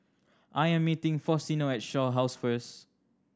I'm meeting Faustino at Shaw House first